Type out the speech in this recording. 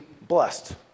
blessed